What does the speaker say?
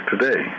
today